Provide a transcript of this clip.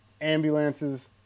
ambulances